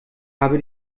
habe